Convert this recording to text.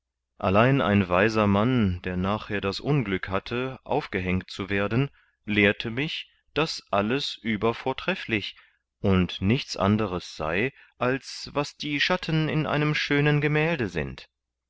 allein ein weiser mann der nachher das unglück hatte aufgehängt zu werden lehrte mich daß das alles übervortrefflich und nichts anderes sei als was die schatten in einem schönen gemälde sind